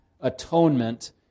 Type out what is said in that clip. Atonement